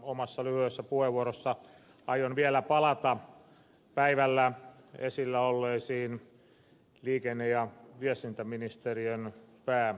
omassa lyhyessä puheenvuorossani aion vielä palata päivällä esillä olleeseen liikenne ja viestintäministeriön pääluokkaan